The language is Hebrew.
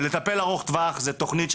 טיפול ארוך טווח זו בניית תוכנית,